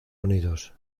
unidos